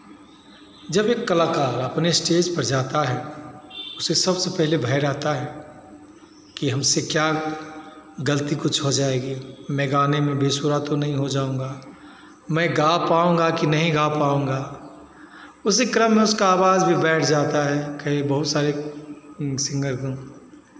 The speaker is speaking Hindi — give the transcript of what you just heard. जब एक कलाकार अपने स्टेज पर जाता है उसे सबसे पहले भय रहता है कि हमसे क्या गलती कुछ हो जाएगी मैं गाने में बेसुरा तो नहीं हो जाउंगा मैं गा पाउंगा कि नहीं गा पाउंगा उसी क्रम में उसका आवाज भी बैठ जाता है की बहुत सारे सिंगर को